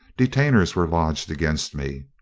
detainers were lodged against me.